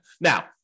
Now